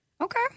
Okay